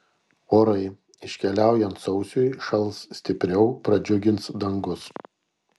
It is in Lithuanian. orai iškeliaujant sausiui šals stipriau pradžiugins dangus